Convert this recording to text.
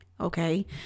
Okay